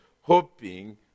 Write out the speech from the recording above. hoping